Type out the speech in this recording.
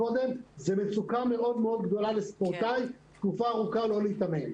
זאת מצוקה גדולה מאוד לספורטאי לא להתאמן תקופה ארוכה.